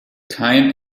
kein